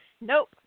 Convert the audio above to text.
Nope